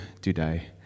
today